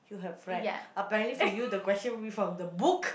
you have read apparently for you the question with from the book